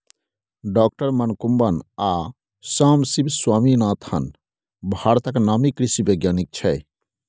डॉ मनकुंबन आ सामसिब स्वामीनाथन भारतक नामी कृषि बैज्ञानिक छै